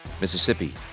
Mississippi